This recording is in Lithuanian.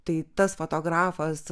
tai tas fotografas